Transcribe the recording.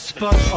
Spot